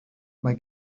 mae